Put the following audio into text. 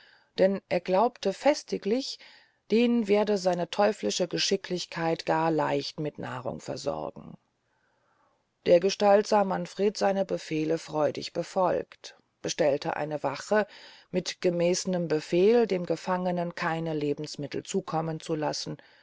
denn er glaubte festiglich den werde seine teuflische geschicklichkeit gar leichtlich mit nahrung versorgen dergestalt sah manfred seine befehle freudig befolgt bestellte eine wache mit gemeßnem befehl dem gefangenen keine lebensmittel zukommen zu lassen